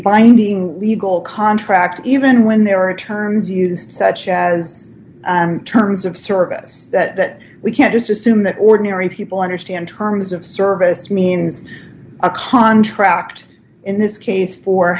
binding legal contract even when there are terms used such as and terms of service that we can't just assume that ordinary people understand terms of service means a contract in this case for